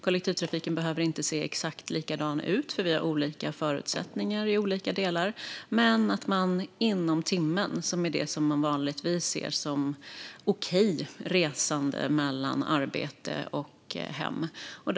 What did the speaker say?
Kollektivtrafiken behöver inte se exakt likadan ut, för vi har olika förutsättningar i olika delar, men man bör kunna resa inom en timme, vilket är vad som vanligtvis anses okej för en resa mellan arbetet och hemmet.